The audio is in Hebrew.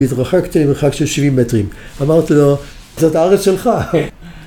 התרחקתי למרחק של 70 מטרים, אמרתי לו, זאת הארץ שלך.